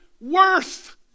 worth